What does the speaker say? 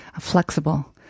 flexible